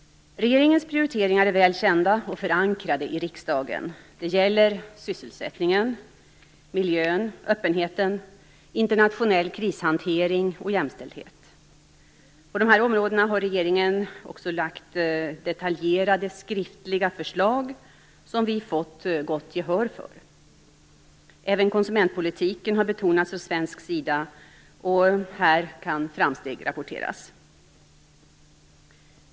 Regeringens prioriteringar är väl kända och förankrade i riksdagen. De gäller sysselsättning, miljö, öppenhet, internationell krishantering och jämställdhet. På dessa områden har regeringen också lagt fram detaljerade, skriftliga förslag som vi har fått gott gehör för. Även konsumentpolitiken har betonats från svensk sida, och också här kan framsteg rapporteras.